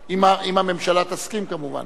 חבר הכנסת מיכאלי יעלה ויבוא,